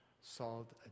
solved